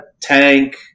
tank